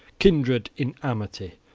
kindred in amity.